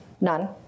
none